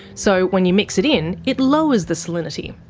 so when you mix it in, it lowers the salinity.